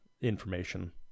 information